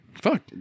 Fuck